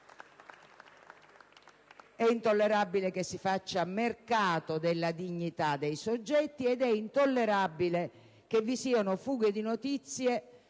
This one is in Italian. È intollerabile che si faccia mercato della dignità dei soggetti ed è intollerabile che vi siano fughe di notizie